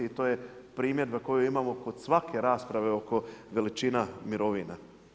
I to je primjer koji imamo kod svake rasprave oko veličina mirovina.